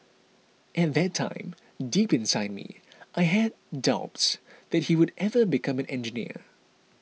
at that time deep inside me I had doubts that he would ever become an engineer